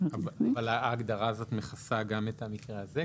אבל ההגדרה הזאת מכסה גם את המקרה הזה?